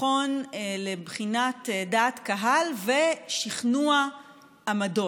מכון לבחינת דעת קהל ושכנוע בעמדות.